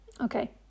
Okay